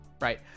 right